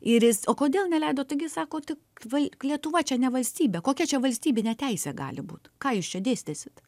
ir jis o kodėl neleido taigi sako tik vai lietuva čia ne valstybė kokia čia valstybinė teisė gali būt ką jūs čia dėsit